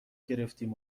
گرفتیم